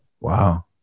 Wow